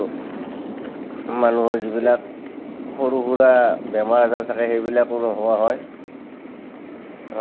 মানুহৰ যিবিলাক সৰু সুৰা বেমাৰ আজাৰ থাকে সেইবিলাকো নোহোৱা হয়